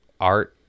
art